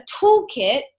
toolkit